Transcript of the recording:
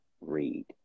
read